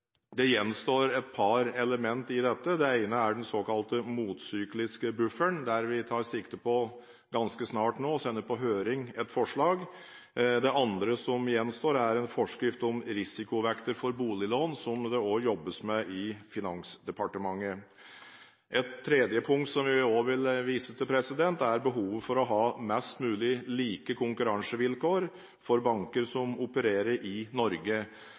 Det gjenstår et par element i dette. Det ene er den såkalte motsykliske bufferen, der vi tar sikte på ganske snart å sende på høring et forslag. Det andre som gjenstår, er en forskrift om risikovekter for boliglån, som det også jobbes med i Finansdepartementet. Et tredje punkt som vi også vil vise til, er behovet for å ha mest mulig like konkurransevilkår for banker som opererer i Norge.